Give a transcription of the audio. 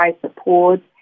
support